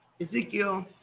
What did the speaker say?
Ezekiel